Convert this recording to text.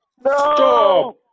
Stop